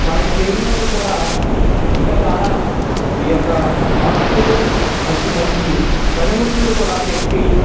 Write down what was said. మనకి తెలియనవి కూడా ఇంకా చాలా ఈ యొక్క మార్పులు మంచి మంచి పనిముట్లు కూడా పెట్టి